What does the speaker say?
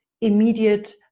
immediate